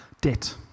debt